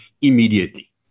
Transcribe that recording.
immediately